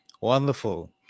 Wonderful